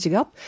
up